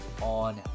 on